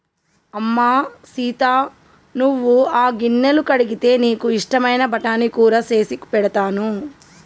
అమ్మ సీత నువ్వు ఆ గిన్నెలు కడిగితే నీకు ఇష్టమైన బఠానీ కూర సేసి పెడతాను